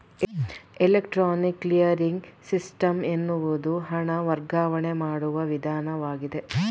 electronic clearing system ಎನ್ನುವುದು ಹಣ ವರ್ಗಾವಣೆ ಮಾಡುವ ವಿಧಾನವಾಗಿದೆ